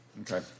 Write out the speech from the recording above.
Okay